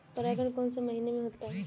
परागण कौन से महीने में होता है?